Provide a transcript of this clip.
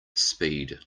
speed